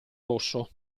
rosso